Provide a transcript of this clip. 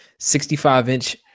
65-inch